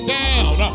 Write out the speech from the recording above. down